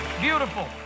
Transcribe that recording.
Beautiful